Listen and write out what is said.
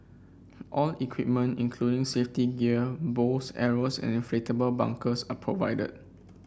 all equipment including safety gear bows arrows and inflatable bunkers are provided